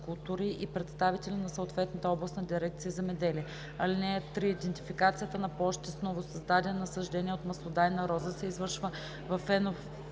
култури и представители на съответната областна дирекция „Земеделие“. (3) Идентификацията на площите с новосъздадени насаждения от маслодайна роза се извършва във